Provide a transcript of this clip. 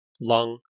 lung